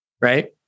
right